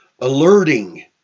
alerting